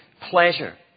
pleasure